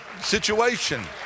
situation